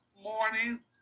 morning